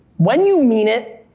when you mean it,